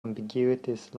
ambiguities